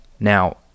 now